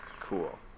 Cool